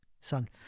son